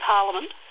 Parliament